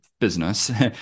business